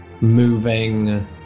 moving